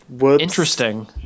Interesting